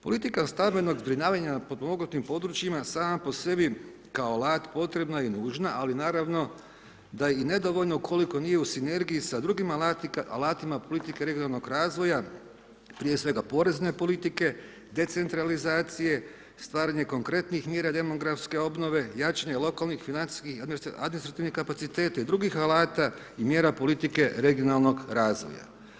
Politika stambenog zbrinjavanja na potpomognutim područjima sama po sebi kao alat potrebna je i nužna ali naravno da je i nedovoljno koliko nije u sinergiji sa drugim alatima, politike regionalnog razvoja, prije svega porezne politike, decentralizacije, stvaranje konkretnih mjera demografske obnove, jačanje lokalnih, financijskih, administrativnih kapaciteta i drugih alata i mjera politike regionalnog razvoja.